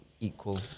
equal